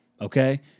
okay